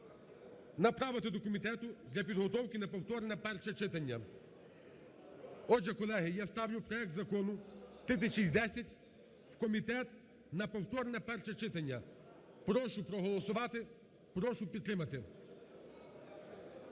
направити до комітету для підготовки на повторне перше читання. Отже, колеги, я ставлю проект закону 3610 в комітет на повторне перше читання. Прошу проголосувати, прошу підтримати